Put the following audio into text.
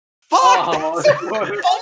Fuck